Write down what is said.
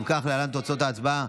אם כך, להלן תוצאות ההצבעה.